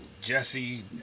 jesse